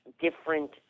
different